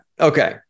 Okay